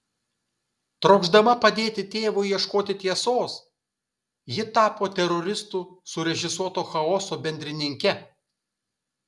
trokšdama padėti tėvui ieškoti tiesos ji tapo teroristų surežisuoto chaoso bendrininke